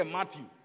Matthew